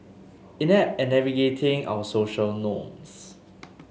inept at navigating our social norms